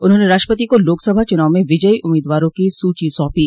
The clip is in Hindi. उन्होंने राष्ट्रपति का लोकसभा चुनाव में विजयी उम्मीदवारों की सूची सौंपी